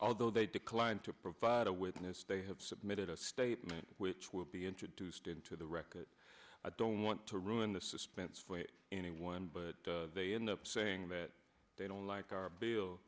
although they declined to provide a witness they have submitted a statement which will be introduced into the record i don't want to ruin the suspense for anyone but they end up saying that they don't like our bill